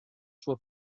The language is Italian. sua